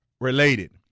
Related